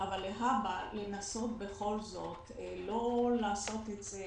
להבא לנסות בכל זאת לא לעשות את זה